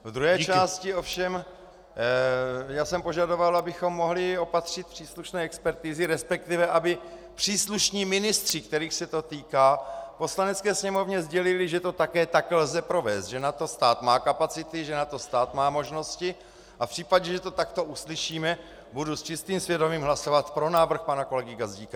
V druhé části ovšem já jsem požadoval, abychom mohli opatřit příslušné expertizy, resp. aby příslušní ministři, kterých se to týká, Poslanecké sněmovně sdělili, že to také tak lze provést, že na to stát má kapacity, že na to stát má možnosti, a v případě, že to takto uslyšíme, budu s čistým svědomím hlasovat pro návrh pana kolegy Gazdíka.